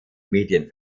medien